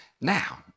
Now